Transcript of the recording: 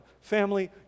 Family